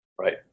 Right